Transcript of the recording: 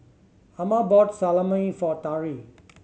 Amma bought Salami for Tari